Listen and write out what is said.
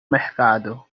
mercado